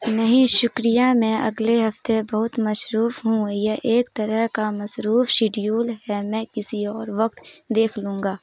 نہیں شکریہ میں اگلے ہفتے بہت مصروف ہوں یہ ایک طرح کا مصروف شیڈیول ہے میں کسی اور وقت دیکھ لوں گا